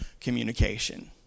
communication